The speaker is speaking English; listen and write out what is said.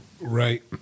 Right